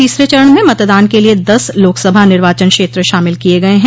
तीसरे चरण में मतदान के लिये दस लाकसभा निर्वाचन क्षेत्र शामिल किये गये हैं